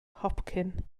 hopcyn